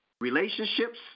relationships